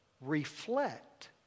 reflect